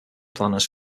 planners